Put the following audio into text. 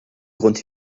grund